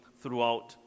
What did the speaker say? throughout